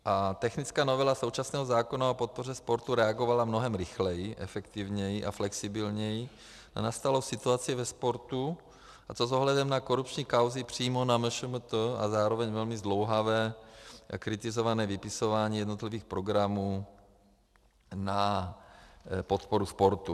A technická novela současného zákona o podpoře reagovala mnohem rychleji, efektivněji a flexibilněji na nastalou situaci ve sportu, a to s ohledem na korupční kauzy přímo na MŠMT a zároveň velmi zdlouhavé a kritizované vypisování jednotlivých programů na podporu sportu.